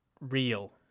real